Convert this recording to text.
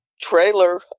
trailer